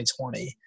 2020